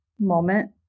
moment